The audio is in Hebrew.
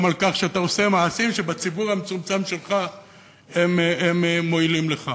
גם על כך שאתה עושה מעשים שבציבור המצומצם שלך הם מועילים לך.